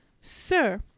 sir